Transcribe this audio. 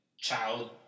child